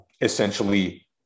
essentially